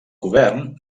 govern